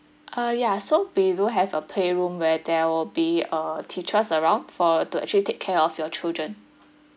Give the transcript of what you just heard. uh ya so we do have a playroom where there will be uh teachers around for uh to actually take care of your children